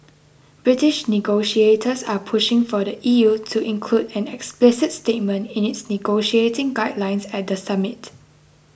British negotiators are pushing for the E U to include an explicit statement in its negotiating guidelines at the summit